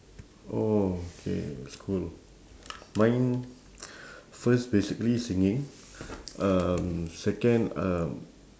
oh K that's cool mine first basically singing um second um